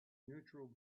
neutral